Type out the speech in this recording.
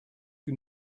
que